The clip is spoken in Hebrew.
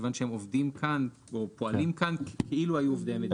מכיוון שהם עובדים כאן או פועלים כאן כאילו היו עובדי מדינה.